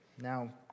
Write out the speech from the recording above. Now